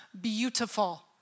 beautiful